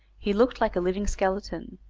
he looked like a living skeleton,